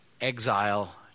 exile